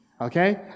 okay